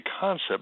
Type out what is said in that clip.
concept